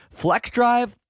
FlexDrive